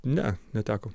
ne neteko